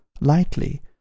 lightly